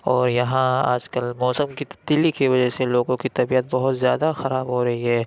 اور یہاں آج کل موسم کی تبدیلی کی وجہ سے لوگوں کی طبیعت بہت زیادہ خراب ہو رہی ہے